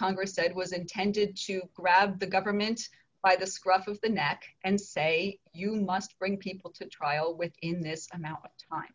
congress said was intended to grab the government by the scruff of the neck and say you must bring people to trial within this amount of time